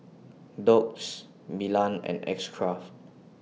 Doux Milan and X Craft